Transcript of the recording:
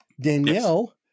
Danielle